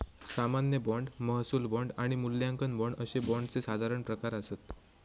सामान्य बाँड, महसूल बाँड आणि मूल्यांकन बाँड अशे बाँडचे साधारण प्रकार आसत